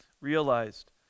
realized